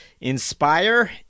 inspire